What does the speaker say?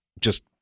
just-